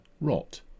rot